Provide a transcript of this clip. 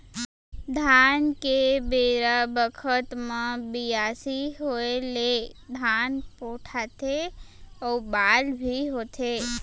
धान के बेरा बखत म बियासी होय ले धान पोठाथे अउ बाल भी होथे